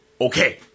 Okay